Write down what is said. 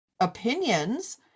opinions